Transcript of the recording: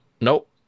nope